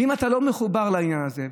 ואם אתה לא מחובר לעניין הזה,